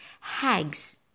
hags